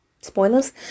spoilers